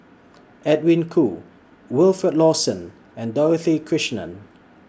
Edwin Koo Wilfed Lawson and Dorothy Krishnan